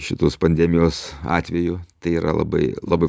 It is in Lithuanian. šitos pandemijos atveju tai yra labai labai